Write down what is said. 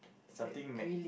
something Mac